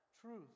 truth